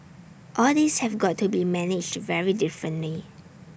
all these have got to be managed very differently